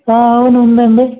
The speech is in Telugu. అవును ఉందండి